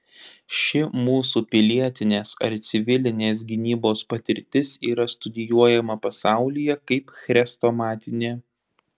ši mūsų pilietinės ar civilinės gynybos patirtis yra studijuojama pasaulyje kaip chrestomatinė